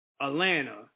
Atlanta